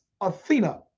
Athena